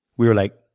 we were like,